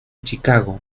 chicago